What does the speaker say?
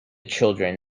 children